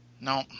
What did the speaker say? No